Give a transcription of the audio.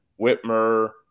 Whitmer